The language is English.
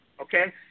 okay